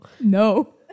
No